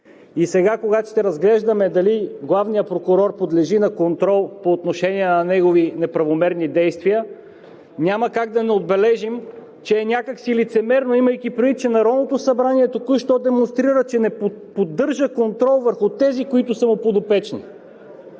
И сега, когато ще разглеждаме дали главният прокурор подлежи на контрол по отношение на негови неправомерни действия, няма как да не отбележим, че е някак си лицемерно, имайки предвид, че Народното събрание току-що демонстрира, че не поддържа контрол върху тези, които са му подопечни.